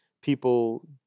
people